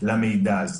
למידע הזה,